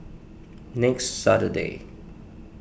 next Saturday